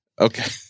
Okay